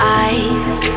eyes